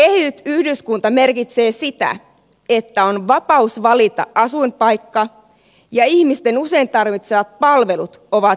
ehyt yhdyskunta merkitsee sitä että on vapaus valita asuinpaikka ja ihmisten usein tarvitsemat palvelut ovat lähietäisyydellä